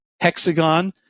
hexagon